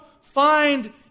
find